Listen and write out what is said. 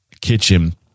kitchen